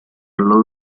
allo